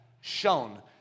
shown